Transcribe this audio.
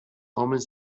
omens